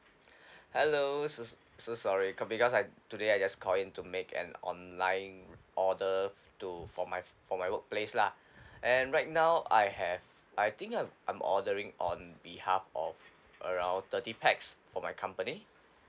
hello so so sorry cause because I today I just call in to make an online order to for my for my workplace lah and right now I have I think I'm I'm ordering on behalf of around thirty pax for my company